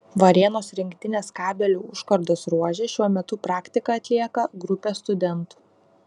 varėnos rinktinės kabelių užkardos ruože šiuo metu praktiką atlieka grupė studentų